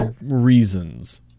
reasons